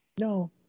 No